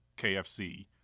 KFC